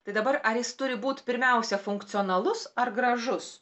tai dabar ar jis turi būt pirmiausia funkcionalus ar gražus